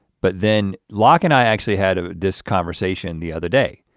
but then locke and i actually had ah this conversation the other day,